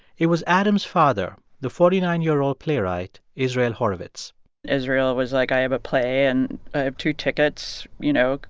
it was adam's father, the forty nine year old playwright israel horovitz israel was like, i have a play, and i have two tickets you know,